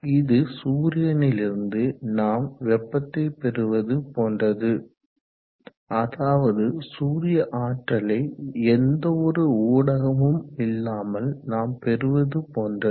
இது சூரியனிலிருந்து நாம் வெப்பத்தை பெறுவது போன்றது அதாவது சூரிய ஆற்றலை எந்தவொரு ஊடகமும் இல்லாமல் நாம் பெறுவது போன்றது